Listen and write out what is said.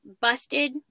busted